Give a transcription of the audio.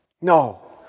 No